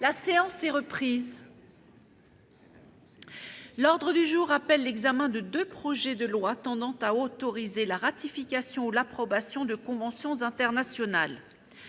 La séance est reprise. L'ordre du jour appelle l'examen de deux projets de loi tendant à autoriser la ratification ou l'approbation de conventions internationales.